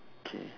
okay